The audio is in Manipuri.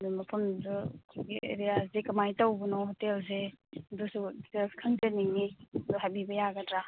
ꯑꯗꯨꯝ ꯃꯐꯝꯗꯣ ꯑꯦꯔꯤꯌꯥꯁꯦ ꯀꯃꯥꯏꯅ ꯇꯧꯕꯅꯣ ꯍꯣꯇꯦꯜꯁꯦ ꯑꯗꯨꯁꯨ ꯗꯤꯇꯦꯜꯁ ꯈꯪꯖꯅꯤꯡꯏ ꯑꯗꯣ ꯍꯥꯏꯕꯤꯕ ꯌꯥꯒꯗ꯭ꯔꯥ